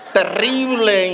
terrible